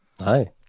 Hi